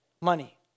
money